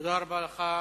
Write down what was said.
תודה רבה לך.